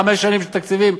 חמש שנים של תקציבים.